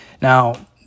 Now